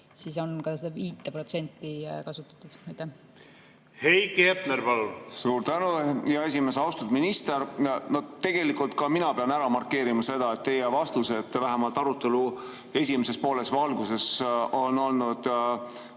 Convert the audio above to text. määra puhul seda 5% kasutatud. Heiki Hepner, palun! Suur tänu, hea esimees! Austatud minister! No tegelikult ka mina pean ära markeerima, et teie vastused vähemalt arutelu esimeses pooles või alguses on olnud